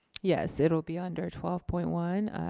yes, it'll be under twelve point one.